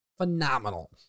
Phenomenal